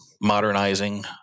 modernizing